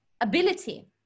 ability